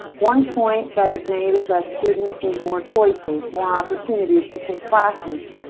one point that is made is that students need more choices, more opportunities to take classes.